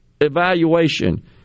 evaluation